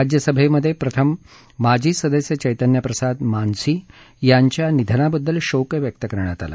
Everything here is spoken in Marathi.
राज्यसभेमध्ये प्रथम माजी सदस्य चैतन्य प्रसाद मांझी यांच्या निधनाबद्दल शोक व्यक्त करण्यात आला